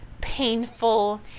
painful